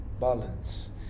balance